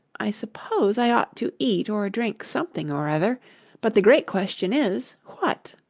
i suppose i ought to eat or drink something or other but the great question is, what